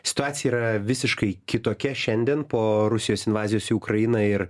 situacija yra visiškai kitokia šiandien po rusijos invazijos į ukrainą ir